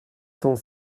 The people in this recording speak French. cent